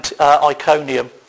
Iconium